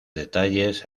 detalles